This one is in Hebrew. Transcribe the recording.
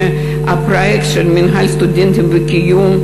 שהפרויקט של מינהל הסטודנטים ומלגות קיום,